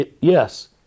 yes